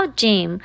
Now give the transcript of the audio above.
gym